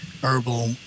herbal